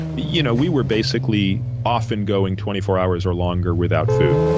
you know we were basically often going twenty four hours or longer without food.